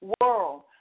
world